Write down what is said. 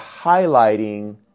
highlighting